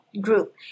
group